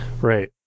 Right